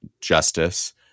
justice